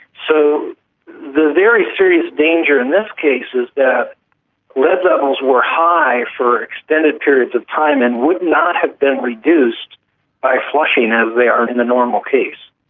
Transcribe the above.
so the very serious danger in this case is that lead levels were high for extended periods of time and would not have been reduced by flushing as they are in the normal case.